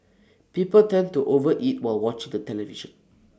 people tend to over eat while watching the television